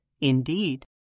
Indeed